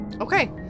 Okay